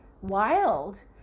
wild